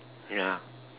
yeah